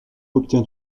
obtient